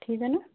ठीक है ना